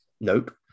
Nope